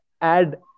add